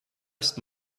ist